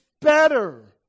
better